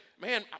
Man